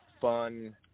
fun